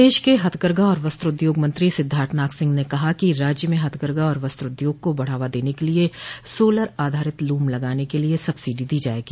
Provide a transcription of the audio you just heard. प्रदेश के हथकरघा और वस्त्रोद्योग मंत्री सिद्धार्थनाथ सिंह ने कहा कि राज्य में हथकरघा एवं वस्त्रोद्योग को बढ़ावा देने के लिए सोलर आधारित लूम लगाने के लिए सब्सिडी दी जायेगी